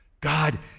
God